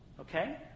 Okay